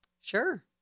Sure